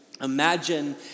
imagine